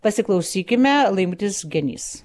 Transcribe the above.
pasiklausykime laimutis genys